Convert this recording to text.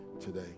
today